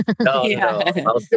No